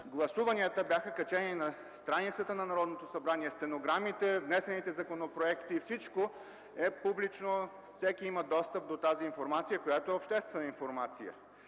Гласуванията бяха качени на страницата на Народното събрание, стенограмите, внесените законопроекти – всичко е публично и всеки има достъп до тази информация, която е обществена.